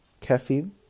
caffeine